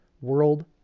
world